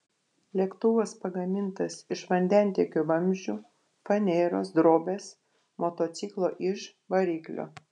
lėktuvas pagamintas iš vandentiekio vamzdžių faneros drobės motociklo iž variklio